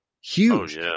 huge